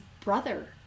brother